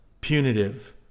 punitive